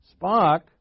Spock